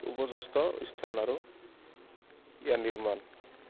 উপদেষ্ঠ স্থান আৰু ইয়াৰ নিৰ্মাণ